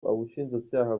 ubushinjacyaha